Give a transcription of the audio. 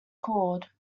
called